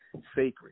sacred